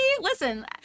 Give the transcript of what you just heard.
listen